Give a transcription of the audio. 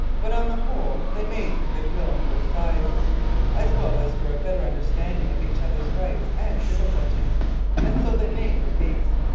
but, on the whole, they made for goodwill on both sides as well as for a better understanding of each other's rights and difficulties and so they made for peace.